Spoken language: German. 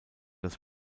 das